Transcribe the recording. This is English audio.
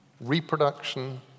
reproduction